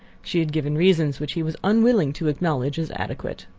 she had given reasons which he was unwilling to acknowledge as adequate.